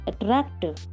attractive